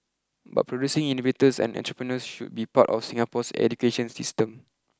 but producing innovators and entrepreneurs should be part of Singapore's education system